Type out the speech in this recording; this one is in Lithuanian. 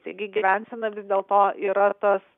taigi gyvensena vis dėl to yra tas